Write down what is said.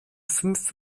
fünf